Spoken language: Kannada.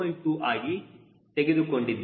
2 ಆಗಿ ತೆಗೆದುಕೊಂಡಿದ್ದೇವೆ